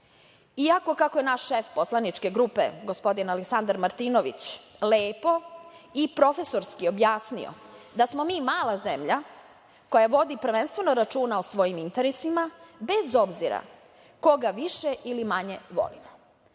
iako, kako je naš šef poslaničke grupe Aleksandar Martinović lepo i profesorski objasnio da smo mi mala zemlja koja vodi prvenstveno računa o svojim interesima, bez obzira koga više ili manje volimo,